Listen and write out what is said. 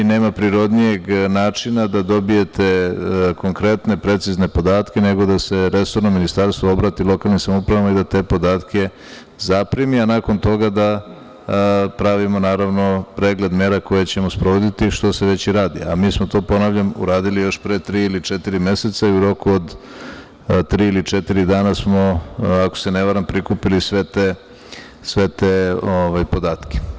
Nema prirodnijeg načina da dobijete konkretne, precizne podatke nego da se resorno ministarstvo obrati lokalnim samoupravama i da te podatke zaprimi, a nakon toga da pravimo pregled mera koje ćemo sprovoditi, što se već i radi, a mi smo to, ponavljam, uradili pre tri ili četiri meseca i u roku od tri ili četiri dana smo, ako se ne varam, prikupili sve te podatke.